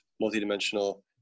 multi-dimensional